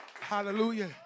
Hallelujah